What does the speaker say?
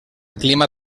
clima